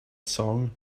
song